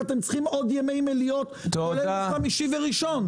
כי אתם צריכים עוד ימי מליאה כולל יום חמישי וראשון?